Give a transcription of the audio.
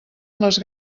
les